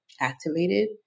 activated